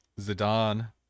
Zidane